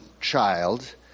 child